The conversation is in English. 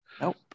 Nope